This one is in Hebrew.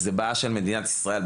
הן בעיות של מדינת ישראל.